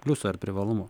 pliusų ar privalumų